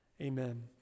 Amen